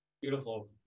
Beautiful